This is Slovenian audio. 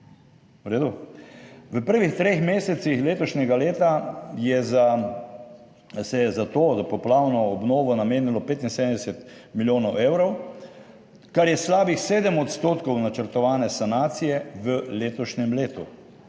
V prvih treh mesecih letošnjega leta je za, se je za to poplavno obnovo namenilo 75 milijonov evrov, kar je slabih 7 % načrtovane sanacije v letošnjem letu.